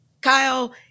Kyle